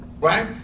right